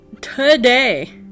today